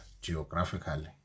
geographically